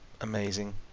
amazing